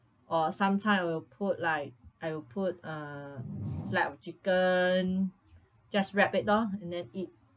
or sometime I will put like I will put uh slice of chicken just wrap it lor and then eat